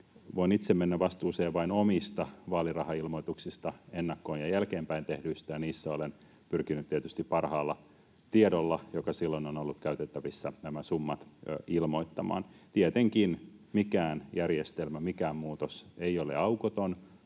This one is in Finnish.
Voin itse mennä vastuuseen vain omista vaalirahailmoituksistani, ennakkoon ja jälkeenpäin tehdyistä, ja niissä olen pyrkinyt tietysti parhaalla tiedolla, joka silloin on ollut käytettävissä, nämä summat ilmoittamaan. Tietenkään mikään järjestelmä tai mikään muutos ei ole aukoton.